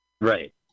Right